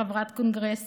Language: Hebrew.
חברת קונגרס